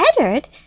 edward